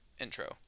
intro